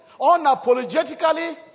unapologetically